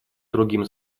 другим